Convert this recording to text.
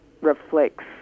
reflects